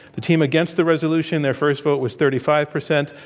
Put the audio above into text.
the team against the resolution their first vote was thirty five percent.